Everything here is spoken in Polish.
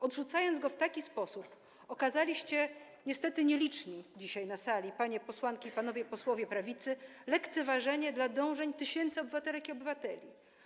Odrzucając go w taki sposób, okazaliście, niestety nieliczni dzisiaj na sali panie posłanki i panowie posłowie prawicy, lekceważenie dla dążeń tysięcy obywatelek i obywateli.